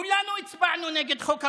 כולנו הצבענו נגד חוק המתנות,